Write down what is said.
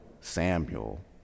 Samuel